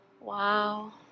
Wow